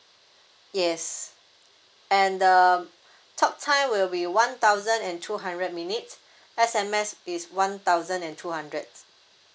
yes and um talktime will be one thousand and two hundred minutes S_M_S is one thousand and two hundred